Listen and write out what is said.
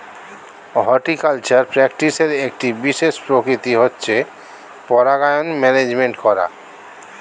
horticultural প্র্যাকটিসের একটি বিশেষ প্রকৃতি হচ্ছে পরাগায়ন ম্যানেজমেন্ট করা